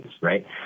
right